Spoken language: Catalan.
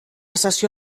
sessió